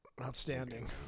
outstanding